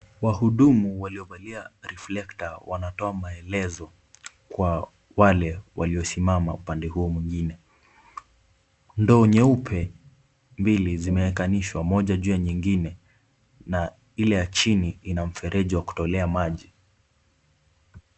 Wahudumu waliovalia reflector wanatoa maelezo kwa wale waliosimama upande huo mwingine. Ndoo nyeupe mbili zimeekanishwa moja juu ya nyingine na ile ya chini ina mfereji wa kutolea maji.